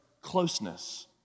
closeness